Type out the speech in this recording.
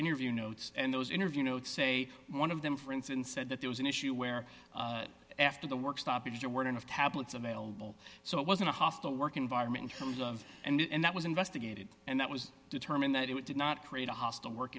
interview notes and those interview notes say one of them for instance said that there was an issue where after the work stoppage there weren't enough tablets available so it wasn't a hostile work environment in terms of and that was investigated and that was determined that it did not create a hostile work